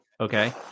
Okay